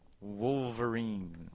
Wolverine